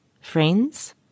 Friends